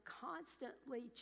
constantly